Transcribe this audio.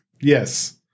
Yes